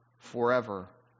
forever